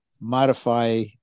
modify